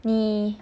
你